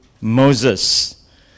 Moses